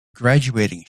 graduating